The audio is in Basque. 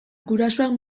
gurasoak